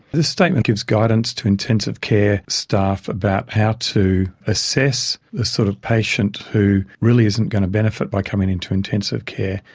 this statement gives guidance to intensive care staff about how to assess the sort of patient who really isn't going to benefit by coming into intensive care,